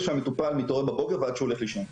שהמטופל מתעורר בבוקר ועד שהוא הולך לישון.